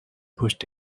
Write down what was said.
pushed